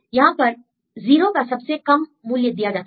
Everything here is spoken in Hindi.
यहां पर 0 का सबसे कम मूल्य दिया जाता है